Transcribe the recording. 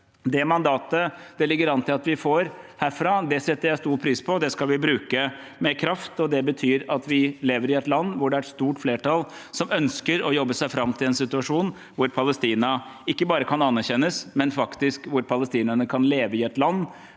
mandatet det ligger an til at vi får herfra, setter jeg stor pris på. Det skal vi bruke med kraft. Det betyr at vi lever i et land hvor det er et stort flertall som ønsker å jobbe seg fram til en situasjon hvor Palestina ikke bare kan anerkjennes, men hvor palestinerne kan leve i et land